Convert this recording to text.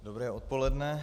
Dobré odpoledne.